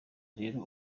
rero